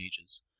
ages